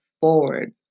forward